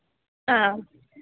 ആ